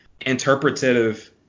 interpretative